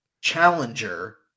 challenger